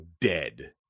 dead